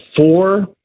four